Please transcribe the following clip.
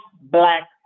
black